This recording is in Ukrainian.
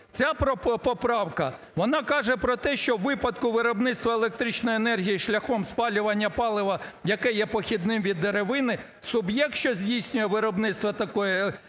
Ця поправка вона каже про те, що у випадку виробництва електричної енергії шляхом спалювання палива, яке є похідним від деревини, суб'єкт, що здійснює виробництво такої електричної